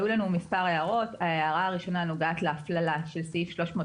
כשאתה לוקח מהעירייה את ההכנסות אין לה אפשרות לעזור לאותו מסכן.